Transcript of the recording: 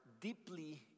deeply